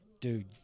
Dude